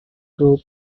group